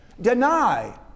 Deny